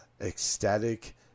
ecstatic